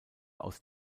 aus